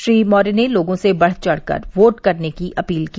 श्री मौर्य ने लोगों से बढ़चढ़ कर वोट करने की अपील की